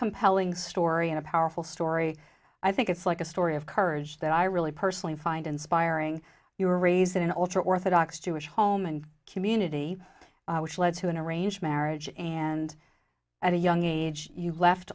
compelling story and a powerful story i think it's like a story of courage that i really personally find inspiring you were raised in an ultra orthodox jewish home and community which led to an arranged marriage and at a young age you left